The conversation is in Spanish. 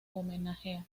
homenajea